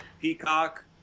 Peacock